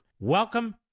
Welcome